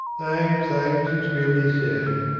thanks, thanks, extremely so.